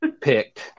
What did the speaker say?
picked